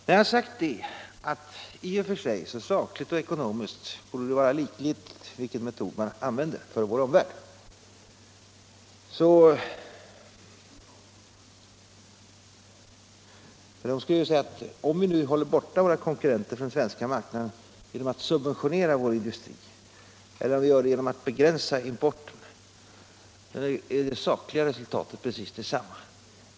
I och för sig borde det således sakligt och ekonomiskt vara likgiltigt för vår omvärld vilken metod vi använder för att hålla våra konkurrenter borta från den svenska marknaden. Om vi gör det genom att subventionera vår industri eller om vi gör det genom att begränsa importen blir det sakliga resultatet precis detsamma.